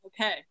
okay